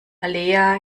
alea